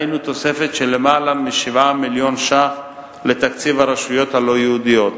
היינו תוספת של למעלה מ-7 מיליון ש"ח לתקציב הרשויות הלא-יהודיות.